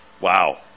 Wow